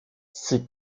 ces